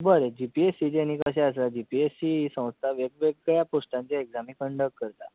बरें G P S C चें न्हय कशें आसा जी पी एस सी ही संस्था वेगवेगळ्या पोस्टांचे एग्जामी कंडक्ट करता